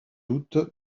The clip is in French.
doute